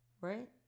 right